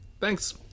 Thanks